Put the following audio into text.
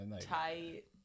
Tight